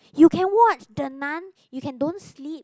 you can watch the Nun you can don't sleep